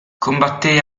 combatté